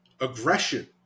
aggression